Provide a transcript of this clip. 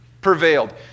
prevailed